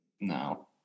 No